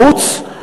בחוץ,